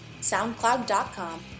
SoundCloud.com